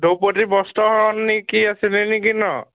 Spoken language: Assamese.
দ্ৰৌপদীৰ বস্ত্ৰ হৰণ নে কি আছিলে নেকি ন